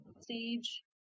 stage